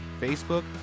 Facebook